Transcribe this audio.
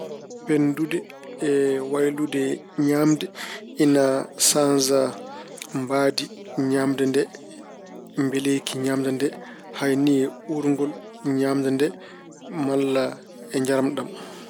Fenndude e waylude ñaamde ina saanja mbaydi ñaamde nde, mbeleeki ñaamde nde, hay ni uurngol ñaamde nde malla njaram ɗam.